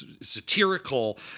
satirical